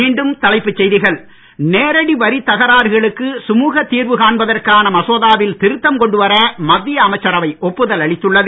மீண்டும் தலைப்புச் செய்திகள் நேரடி வரித் தகராறுகளுக்கு சுமுகத் தீர்வு காண்பதற்கான மசோதாவில் திருத்தம் கொண்டுவர மத்திய அமைச்சரவை ஒப்புதல் அளித்துள்ளது